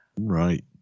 Right